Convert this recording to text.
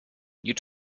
you